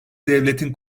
devletin